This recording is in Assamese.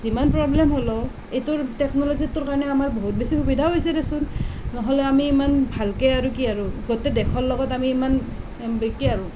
যিমান প্ৰব্লেম হ'লেও এইটোৰ টেকনলজিটোৰ কাৰণে আমাৰ বহুত বেছি সুবিধাও হৈছে দেচোন নহ'লে আমি ইমান ভালকৈ আৰু কি আৰু গোটেই দেশৰ লগত আমি ইমান কি আৰু